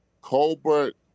Colbert